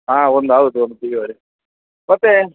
ಹಾಂ ಒಂದು ಹೌದು ಒಂದು ಟೀ ವಡೆ ಮತ್ತು